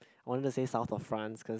I want to say South of France cause